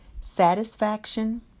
satisfaction